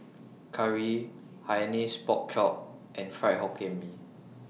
Curry Hainanese Pork Chop and Fried Hokkien Mee